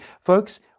Folks